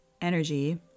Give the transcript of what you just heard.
energy